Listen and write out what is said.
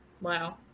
Wow